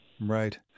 Right